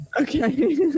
Okay